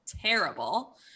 terrible